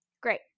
Great